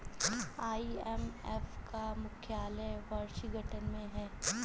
IMF का मुख्यालय Washington में है